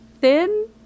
thin